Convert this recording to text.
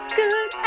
good